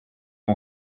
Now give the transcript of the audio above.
mon